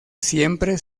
siempre